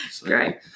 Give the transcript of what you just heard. Great